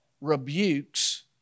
rebukes